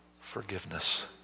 forgiveness